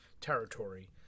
territory